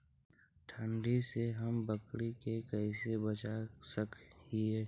ठंडी से हम बकरी के कैसे बचा सक हिय?